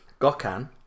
Gokan